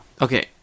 Okay